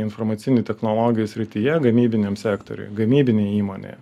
informacinių technologijų srityje gamybiniam sektoriui gamybinėj įmonėje